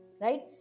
Right